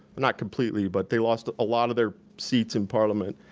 not completely, but they lost a lot of their seats in parliament.